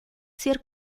ser